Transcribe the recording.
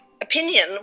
opinion